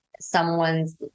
someone's